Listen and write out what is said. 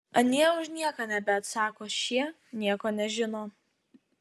anie už nieką nebeatsako šie nieko nežino